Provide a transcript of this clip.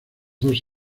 dos